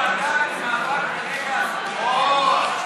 זו הוועדה למאבק בנגע הסמים.